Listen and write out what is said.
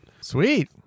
Sweet